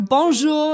Bonjour